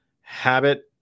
habit